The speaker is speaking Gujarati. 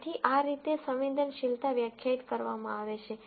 તેથી આ રીતે સંવેદનશીલતા વ્યાખ્યાયિત કરવામાં આવે છે